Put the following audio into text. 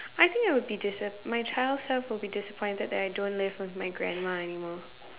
I think I would be disap~ my child self would be disappointed that I don't live with my grandma anymore